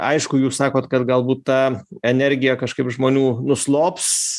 aišku jūs sakot kad galbūt ta energija kažkaip žmonių nuslops